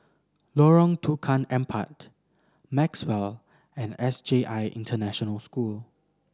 Lorong Tukang Empat Maxwell and S J I International School